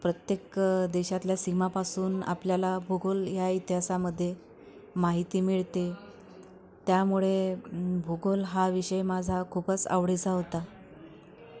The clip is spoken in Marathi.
प्रत्येक देशातल्या सीमापासून आपल्याला भूगोल या इतिहासामध्ये माहिती मिळते त्यामुळे भूगोल हा विषय माझा खूपच आवडीचा होता